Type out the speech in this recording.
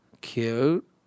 Cute